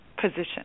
position